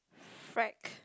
frack